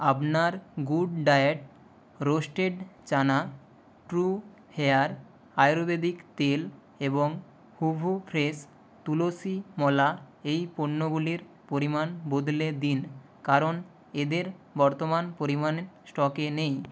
আপনার Good Diet roasted chana TruHair Ayurvedic তেল এবং হুভু ফ্রেশ তুলসী মলা এই পণ্যগুলির পরিমাণ বদলে দিন কারণ এদের বর্তমান পরিমাণ স্টকে নেই